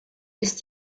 ist